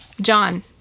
John